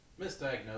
misdiagnosed